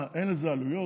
מה, אין לזה עלויות?